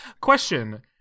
Question